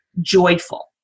joyful